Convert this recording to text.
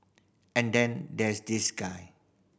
and then there's this guy